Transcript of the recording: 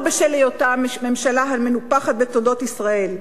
בשל היותה הממשלה המנופחת בתולדות ישראל.